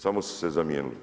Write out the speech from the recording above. Samo su se zamijenili.